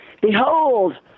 behold